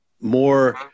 more